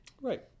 Right